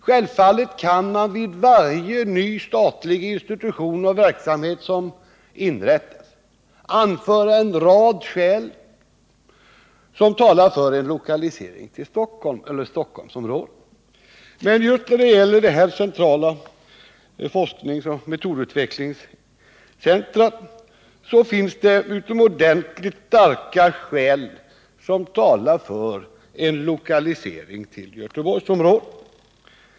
Självfallet kan man i samband med inrättandet av varje ny statlig institution och verksamhet anföra en rad skäl som talar för en lokalisering till Stockholm eller Stockholmsområdet, men just när det gäller det centrala forskningsoch metodutvecklingscentret talar starka skäl för en lokalisering till Göteborgsområdet.